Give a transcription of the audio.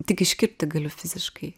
tik iškirpti galiu fiziškai